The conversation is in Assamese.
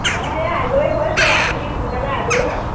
মই এই আজৰি হৈছোয়ে আপুনি সোনকালে আজৰি হওক